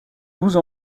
douze